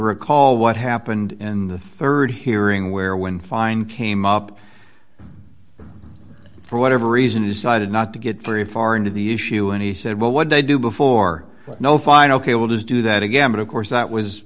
recall what happened in the rd hearing where when fine came up for whatever reason is cited not to get very far into the issue and he said well what they do before but no fine ok will do is do that again but of course that was